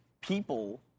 people